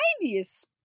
tiniest